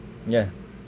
yeah